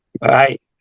right